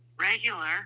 regular